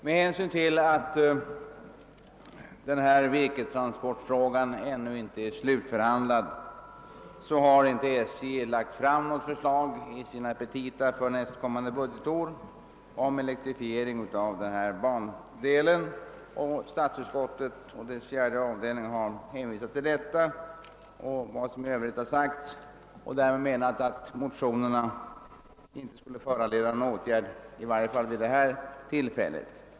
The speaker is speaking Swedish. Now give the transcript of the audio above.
Med hänsyn till att virkestransportfrågan ännu inte är slutbehandlad har SJ i sina petita för nästkommande budgetår inte lagt fram något förslag om elektrifiering av den aktuella bandelen. Statsutskottets fjärde avdelning har hänvisat till detta och till vad som dessförinnan anförts i remissyttrandet och därmed menat, att motionerna 1i varje fall vid detta tillfälle inte borde föranleda någon åtgärd.